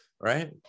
right